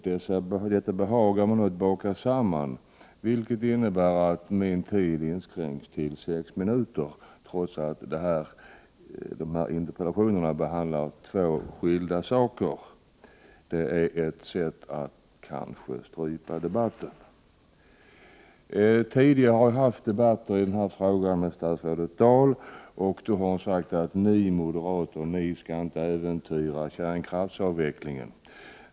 Dessa behagar man nu baka samman, vilket innebär att min taletid inskränks, trots att dessa båda interpellationer behandlar två skilda saker. Det är ett sätt att kanske strypa debatten. Jag har tidigare haft debatter i denna fråga med statsrådet Dahl. Hon har då sagt: Ni moderater skall inte äventyra kärnkraftsavvecklingen.